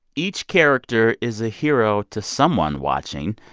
each character is a hero to someone watching,